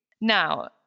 Now